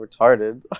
retarded